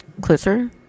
closer